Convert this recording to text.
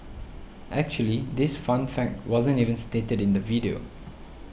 actually this fun fact wasn't even stated in the video